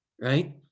right